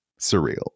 surreal